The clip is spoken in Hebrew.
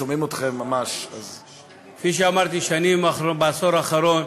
שומעים אתכם ממש, אז, כפי שאמרתי, בעשור האחרון,